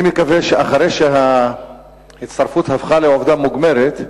אני מקווה שאחרי שההצטרפות הפכה לעובדה מוגמרת,